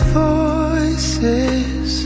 voices